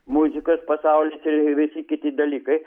muzikos pasaulis ir visi kiti dalykai